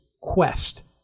quest